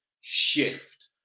shift